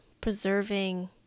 preserving